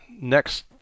next